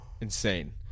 Insane